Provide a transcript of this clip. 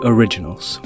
Originals